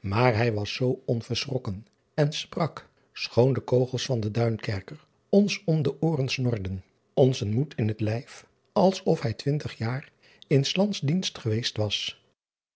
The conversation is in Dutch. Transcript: maar hij was zoo onverschrokken en sprak schoon de kogels van den uinkerker ons om de ooren snorden ons een moed in het lijf als of hij twintig jaar in s lands dienst geweest was